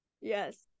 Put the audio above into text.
yes